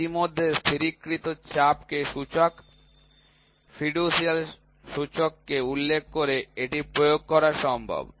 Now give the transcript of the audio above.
ইতিমধ্যে স্থিরীকৃত চাপ কে সূচক ফিডুসিয়াল সূচককে উল্লেখ করে এটি প্রয়োগ করা সম্ভব